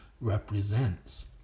represents